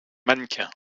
mannequin